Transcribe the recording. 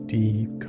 deep